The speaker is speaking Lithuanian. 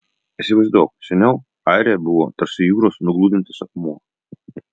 įsivaizduok seniau airija buvo tarsi jūros nugludintas akmuo